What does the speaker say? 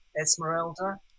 Esmeralda